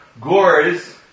gores